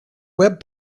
web